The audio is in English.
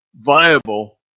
viable